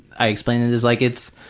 i explain it as like it's,